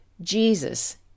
Jesus